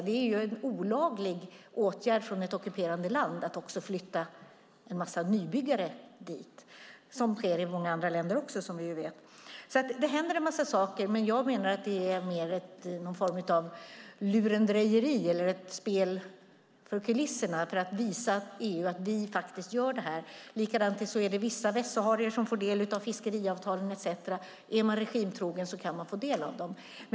Det är en olaglig åtgärd från ett ockuperande land att flytta en massa nybyggare dit. Det sker som vi vet också i många andra länder. Det händer en massa saker. Men jag menar att det mer är någon form av lurendrejeri eller ett spel för kulisserna för att visa EU: Vi gör faktiskt detta. På samma sätt är det vissa västsaharier som får del av fiskeavtalen, etcetera. Är man regimtrogen kan man få del av dem.